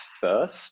first